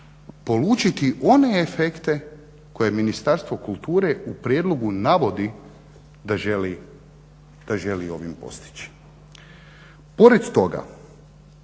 polučiti one efekte koje je Ministarstvo kulture u prijedlogu navodi da želi ovim postići. Pored toga